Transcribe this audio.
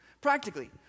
Practically